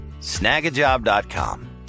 snagajob.com